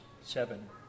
seven